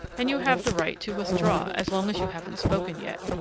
and you have the right to withdraw as long as you haven't spoken yet.